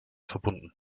verbunden